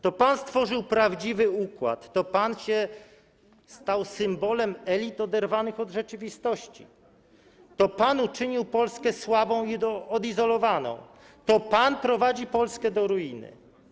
To pan stworzył prawdziwy układ, to pan stał się symbolem elit oderwanych od rzeczywistości, to pan uczynił Polskę słabą i odizolowaną, to pan prowadzi Polskę do ruiny.